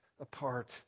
apart